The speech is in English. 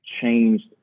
changed